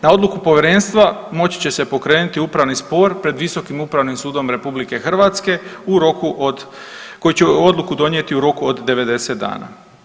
Na odluku Povjerenstva moći će pokrenuti upravni spor pred Visokim upravnim sudom RH u roku od, koji će odluku donijeti u roku od 90 dana.